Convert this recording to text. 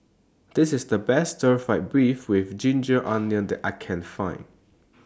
This IS The Best Stir Fried Beef with Ginger Onions that I Can Find